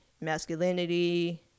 masculinity